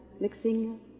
mixing